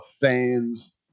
fans